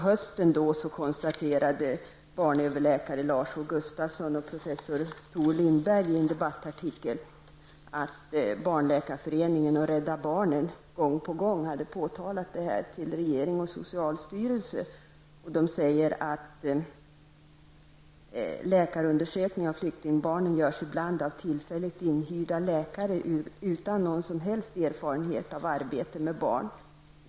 H Gustafsson och professor Tor Lindberg i en debattartikel att Barnläkarföreningen hade påtalat bristerna till regeringen och socialstyrelsen. De säger att läkarundersökning av flyktingbarnen ibland görs av tillfälligt inhyrda läkare utan någon som helst erfarenhet av arbete med barn.